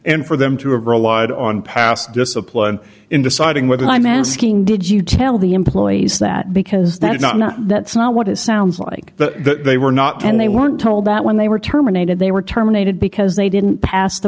and for them to have relied on past discipline in deciding whether i'm asking did you tell the employees that because that is not not that's not what it sounds like that they were not and they want told that when they were terminated they were terminated because they didn't pass the